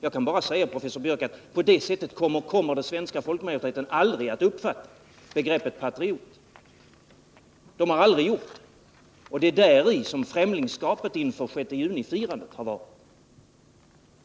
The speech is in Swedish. Jag kan bara säga, professor Biörck, att på det sättet har den svenska folkmajoriteten aldrig uppfattat begreppet patriot, och man kommer heller aldrig att göra det. Däri ligger främlingskapet inför 6 juni-firandet.